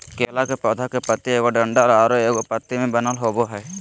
केला के पौधा के पत्ति एगो डंठल आर एगो पत्ति से बनल होबो हइ